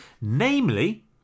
Namely